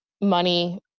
money